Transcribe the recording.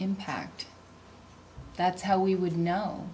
impact that's how we would know